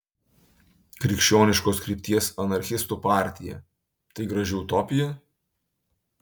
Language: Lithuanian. krikščioniškos krypties anarchistų partija tai graži utopija